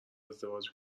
ازدواج